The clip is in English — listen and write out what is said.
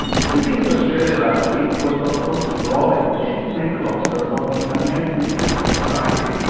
visiting australia last week was dr otis brawley the chief medical officer of the american cancer society.